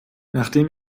nachdem